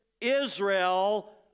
Israel